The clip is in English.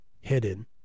hidden